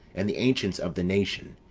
and the ancients of the nation,